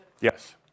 Yes